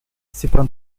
степан